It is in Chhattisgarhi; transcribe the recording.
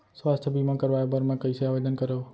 स्वास्थ्य बीमा करवाय बर मैं कइसे आवेदन करव?